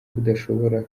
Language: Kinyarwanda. budashobora